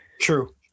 True